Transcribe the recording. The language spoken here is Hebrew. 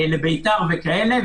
לביתר וכאלה.